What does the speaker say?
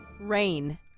Rain